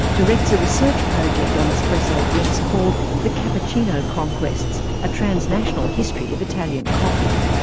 directs a research project on espresso drinks called the cappuccino conquests a transnational history of italian coffee.